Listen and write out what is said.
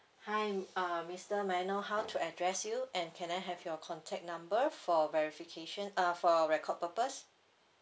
hi uh mister may I know how to address you and can I have your contact number for verification uh for record purpose